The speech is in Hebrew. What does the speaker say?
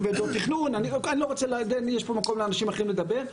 יש פה מקום לאנשים אחרים לדבר,